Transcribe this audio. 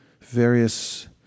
various